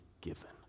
given